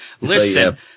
listen